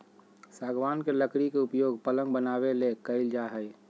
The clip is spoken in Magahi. सागवान के लकड़ी के उपयोग पलंग बनाबे ले कईल जा हइ